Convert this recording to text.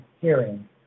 hearing